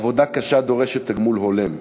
עבודה קשה דורשת תגמול הולם.